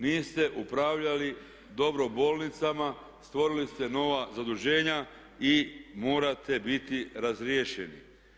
Niste upravljali dobro bolnicama, stvorili ste nova zaduženja i morate biti razriješeni.